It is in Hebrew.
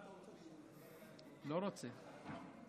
לא רוצה.